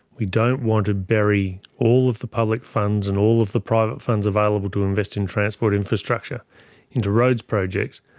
we don't want to bury all of the public funds and all of the private funds available to invest in transport infrastructure into roads projects,